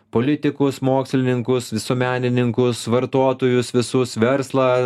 politikus mokslininkus visuomenininkus vartotojus visus verslą